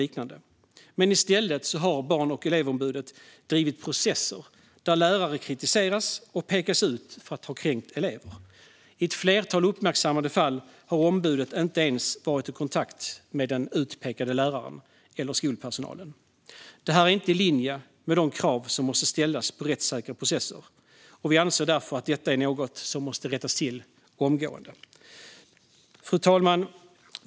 I stället har Barn och elevombudet drivit processer där lärare kritiseras och pekas ut för att ha kränkt elever. I ett flertal uppmärksammade fall har ombudet inte ens varit i kontakt med den utpekade läraren eller skolpersonalen. Det här är inte i linje med de krav som måste ställas på rättssäkra processer. Vi anser därför att detta är något som måste rättas till omgående. Fru talman!